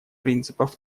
принципов